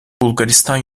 bulgaristan